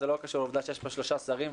זה לא קשור לעובדה שיש פה שלושה שרים,